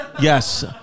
yes